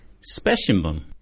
specimen